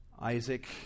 Isaac